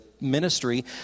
ministry